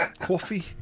Coffee